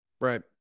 right